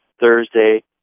Thursday